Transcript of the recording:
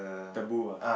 taboo ah